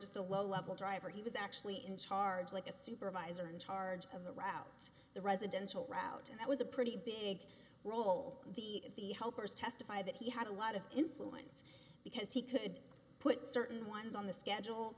just a low level driver he was actually in charge like a supervisor in charge of the route the residential route and it was a pretty big role the helpers testify that he had a lot of influence because he could put certain ones on the schedule